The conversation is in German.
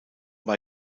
war